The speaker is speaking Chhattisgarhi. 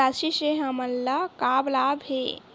राशि से हमन ला का लाभ हे?